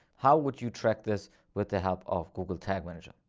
how would you track this with the help of google tag manager?